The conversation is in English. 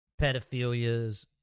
pedophilias